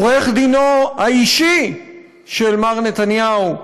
עורך-דינו האישי של מר נתניהו,